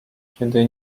kiedy